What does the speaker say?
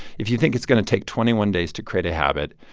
if you think it's going to take twenty one days to create a habit,